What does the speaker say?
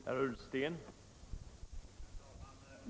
Herr talman!